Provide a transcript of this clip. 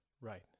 Right